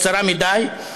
קצרה מדי,